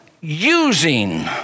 using